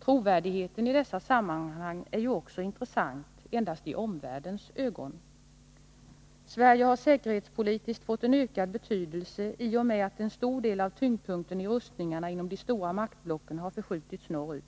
Trovärdigheten i dessa sammanhang är ju också intressant endast i omvärldens ögon. Sverige har säkerhetspolitiskt fått en ökad betydelse i och med att en stor del av tyngdpunkten i rustningarna inom de stora maktblocken förskjutits norrut.